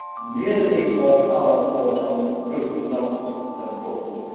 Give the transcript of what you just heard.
merely more power for some groups is not so important,